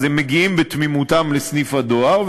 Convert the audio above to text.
אז הם מגיעים בתמימותם לסניף הדואר,